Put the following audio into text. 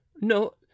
no